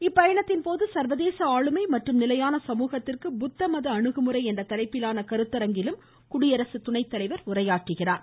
இப்பயணத்தின் போது சர்வதேச ஆளுமை மற்றும் நிலையான சமூகத்திற்கு புத்த மத அணுகுமுறை என்ற தலைப்பிலான கருத்தரங்கிலும் அவர் உரையாற்றுகிறார்